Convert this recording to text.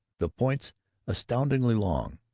the points astoundingly long.